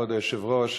כבוד היושב-ראש,